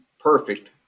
perfect